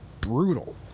brutal